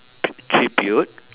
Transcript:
attribute